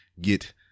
get